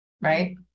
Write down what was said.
right